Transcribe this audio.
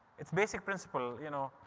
its basic principle, you know,